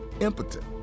impotent